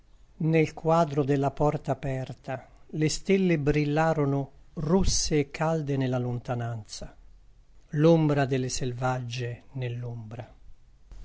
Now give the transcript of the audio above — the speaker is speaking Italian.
nel quadro della porta aperta le stelle brillarono rosse e calde nella lontananza l'ombra delle selvaggie nell'ombra